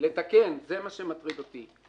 לתקן זה מה שמטריד אותי.